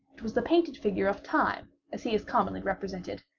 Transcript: it was the painted figure of time as he is commonly represented,